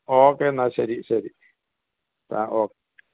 okay എന്നാൽ ശരി ശരി ഓ